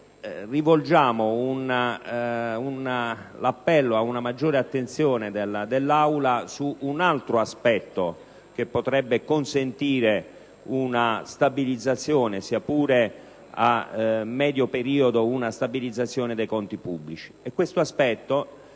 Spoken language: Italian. rivolgiamo un appello a una maggior attenzione dell'Aula su un altro aspetto che potrebbe consentire una stabilizzazione, sia pure a medio periodo, dei conti pubblici: questo aspetto